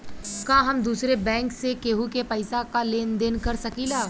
का हम दूसरे बैंक से केहू के पैसा क लेन देन कर सकिला?